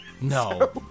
No